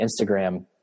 Instagram